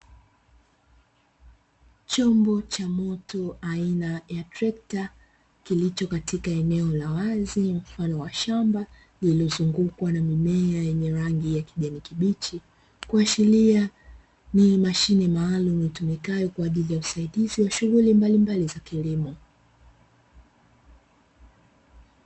Chombo cha moto aina ya trekta kilichokatika eneo la wazi mfano wa shamba lililozungukwa na mimea yenye rangi ya kijani kibichi, kuashiria ni mashine maalumu itumikayo kwa ajili ya usaidizi wa shughuli mbalimbali za kilimo.